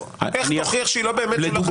איך תוכיח שהיא לא באמת שולחת שומרים לשטח?